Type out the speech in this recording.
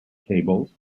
cables